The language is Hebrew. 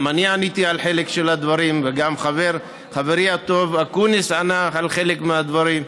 גם אני עניתי על חלק מהדברים וגם חברי הטוב אקוניס ענה על חלק מהדברים.